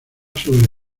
sobre